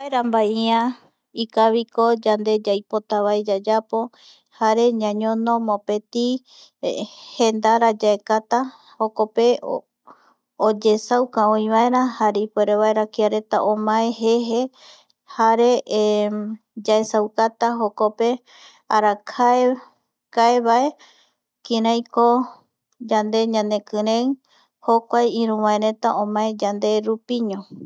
Mbae ia ikaviko yande yaipotavae yayapo jare ñañono mopeti jendara yaekata jokope oyeesauka oivaerajare ipuere vaera kiareta omae jeje jare yaesaukatajokpe arakaevaeyande ñanekirei omae yanderupi